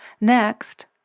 Next